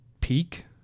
peak